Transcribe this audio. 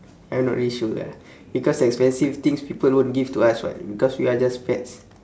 I not really sure ah because expensive things people won't give to us [what] because we are just pets